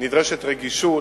נדרשת רגישות